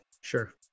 Sure